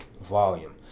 volume